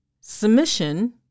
Submission